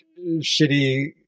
shitty